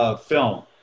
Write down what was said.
film